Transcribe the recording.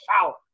shower